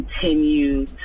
continue